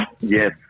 Yes